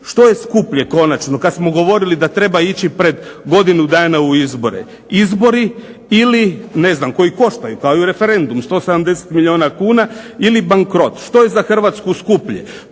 Što je skuplje konačno kada smo govorili da treba ići pred godinu dana u izbore, izbori ili ne znam koji koštaju kao i referendum 170 milijuna kuna ili bankrot? Što je za Hrvatsku skuplje,